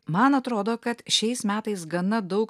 man atrodo kad šiais metais gana daug